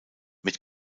mit